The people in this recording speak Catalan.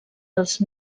dels